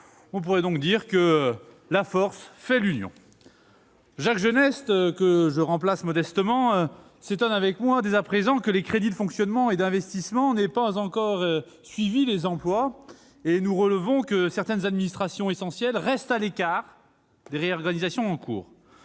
On peut donc dire que « la force a fait l'union »! Jacques Genest, que je remplace aujourd'hui, s'étonne avec moi que les crédits de fonctionnement et d'investissement n'aient pas encore suivi les emplois. Nous relevons que certaines administrations essentielles restent à l'écart des réorganisations en cours.